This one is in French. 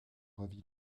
ravit